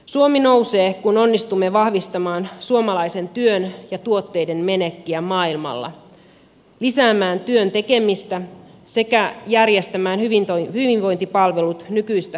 suomi nousee kun onnistumme vahvistamaan suomalaisen työn ja tuotteiden menekkiä maailmalla lisäämään työn tekemistä sekä järjestämään hyvinvointipalvelut nykyistä fiksummin